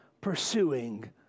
pursuing